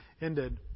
ended